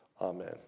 Amen